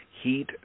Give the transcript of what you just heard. Heat